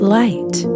light